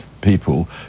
people